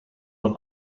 een